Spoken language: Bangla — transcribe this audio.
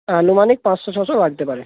আনুমানিক পাঁচশো ছশো লাগতে পারে